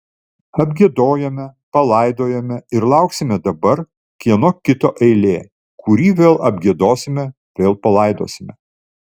apgiedojome palaidojome ir lauksime dabar kieno kito eilė kurį vėl apgiedosime vėl palaidosime